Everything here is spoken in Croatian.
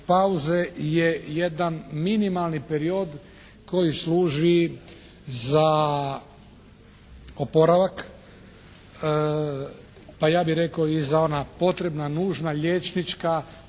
pauze je jedan minimalni period koji služi za oporavak, pa ja bih rekao i za ona potrebna nužna liječnička,